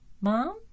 Mom